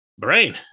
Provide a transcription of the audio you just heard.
Brain